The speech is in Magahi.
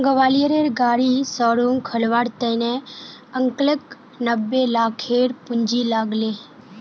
ग्वालियरेर गाड़ी शोरूम खोलवार त न अंकलक नब्बे लाखेर पूंजी लाग ले